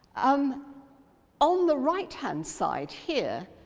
um on the right-hand side here,